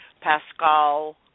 Pascal